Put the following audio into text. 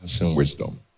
wisdom